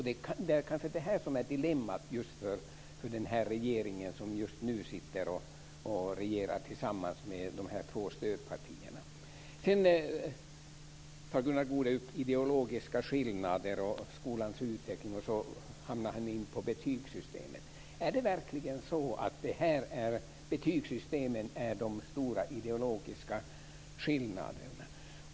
Det är kanske det som är dilemmat för just nu sittande regering som regerar tillsammans med två stödpartier. Gunnar Goude tar upp ideologiska skillnader och skolans utveckling och kommer sedan in på betygssystemet. Men är det verkligen så att vi i betygssystemet har de stora ideologiska skillnaderna?